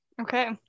Okay